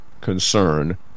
concern